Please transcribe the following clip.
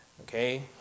Okay